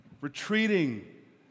retreating